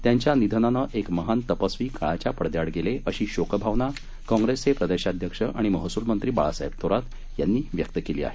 त्यांच्या निधनानं एक महान तपस्वी काळाच्या पडद्याआड गेले अशी शोकभावना काँग्रेसचे प्रदेशाध्यक्ष तथा महसूलमंत्री बाळासाहेब थोरात यांनी व्यक्त केली आहे